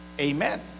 Amen